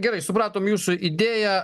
gerai supratom jūsų idėją